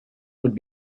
would